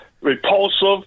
repulsive